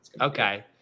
Okay